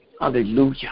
Hallelujah